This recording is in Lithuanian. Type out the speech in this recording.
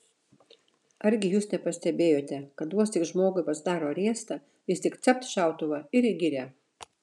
argi jūs nepastebėjote kad vos tik žmogui pasidaro riesta jis tik capt šautuvą ir į girią